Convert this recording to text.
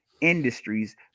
industries